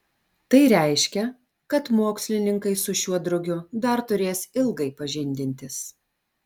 tai reiškia kad mokslininkai su šiuo drugiu dar turės ilgai pažindintis